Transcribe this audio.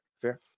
fair